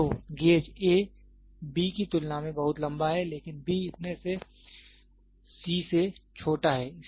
तो gauge A B की तुलना में बहुत लंबा है लेकिन B इतने से C से छोटा है